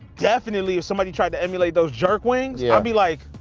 definitely if somebody tried to emulate those jerk wings, yeah i'd be like,